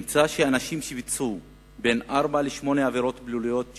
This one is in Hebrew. נמצא שאנשים שביצעו בין ארבע לשמונה עבירות פליליות שונות,